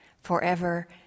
forever